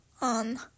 on